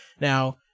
Now